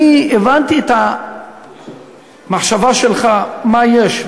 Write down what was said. אני הבנתי את המחשבה שלך מה יש,